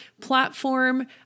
platform